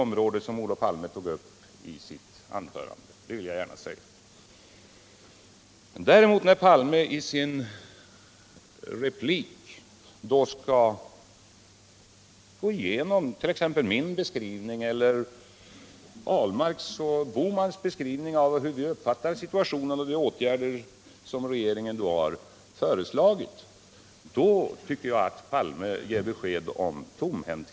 De problem som Olof Palme här tog upp är oerhört viktiga, det vill jag gärna framhålla. Men när Olof Palme i sin replik går in på min, Per Ahlmarks eller Gösta Bohmans beskrivning av de samhällsekonomiska problemen och den redovisning vi lämnar när det gäller vad regeringen har föreslagit för att lösa dem, då ger han intryck av att stå helt tomhänt.